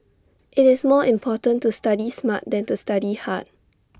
IT is more important to study smart than to study hard